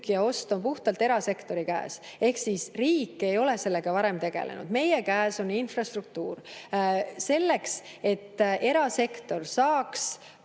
ja ost puhtalt erasektori käes. Riik ei ole sellega varem tegelenud. Meie käes on infrastruktuur. Selleks, et erasektor saaks